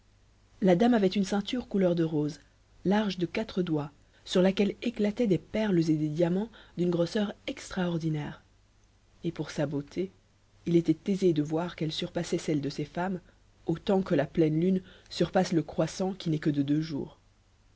la dame avait une ceinture couleur de rose large de quatre doigts sur laquelle éclataient des perles et des diamants d'une grosseur extraordinaire et pour sa beauté il était aisé de voir qu'elle surpassait celle de ses femmes autant que la pleine lune surpasse le croissant qui n'est que de deux jours